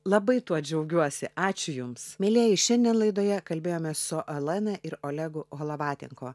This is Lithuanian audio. labai tuo džiaugiuosi ačiū jums mielieji šiandien laidoje kalbėjome su olena ir olegu holavatinko